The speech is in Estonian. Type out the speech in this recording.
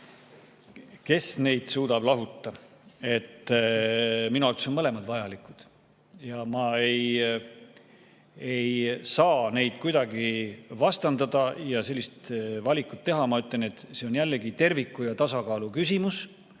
Kes neid suudab lahuta? Minu arvates on mõlemad vajalikud ja ma ei saa neid kuidagi vastandada ja sellist valikut teha. Ma ütlen, et see on jällegi terviku ja tasakaalu küsimus,